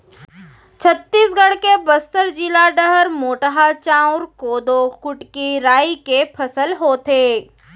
छत्तीसगढ़ के बस्तर जिला डहर मोटहा चाँउर, कोदो, कुटकी, राई के फसल होथे